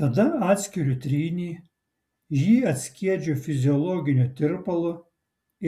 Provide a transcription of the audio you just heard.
tada atskiriu trynį jį atskiedžiu fiziologiniu tirpalu